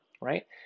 right